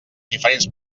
diferents